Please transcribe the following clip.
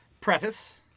preface